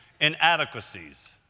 inadequacies